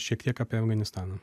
šiek tiek apie afganistaną